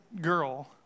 girl